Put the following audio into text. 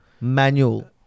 Manual